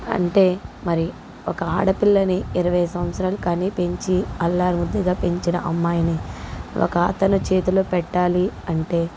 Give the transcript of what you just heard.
అంటే మరి ఒక ఆడపిల్లని ఇరవై సంవత్సరాలు కని పెంచి అల్లార ముద్దుగా పెంచిన అమ్మాయిని ఒక అతను చేతిలో పెట్టాలి అంటే